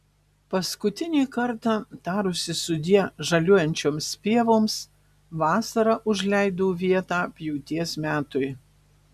paskutinį kartą tarusi sudie žaliuojančioms pievoms vasara užleido vietą pjūties metui